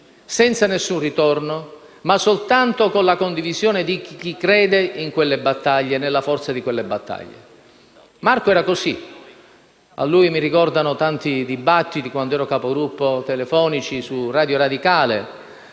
senza nessun ritorno, ma soltanto con la condivisione di chi crede in quelle battaglie e nella forza di quelle battaglie. Marco era così. Ricordo tanti dibattiti telefonici su «Radio Radicale»,